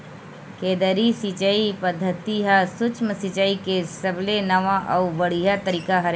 केदरीय सिचई पद्यति ह सुक्ष्म सिचाई के सबले नवा अउ बड़िहा तरीका हरय